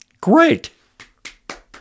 great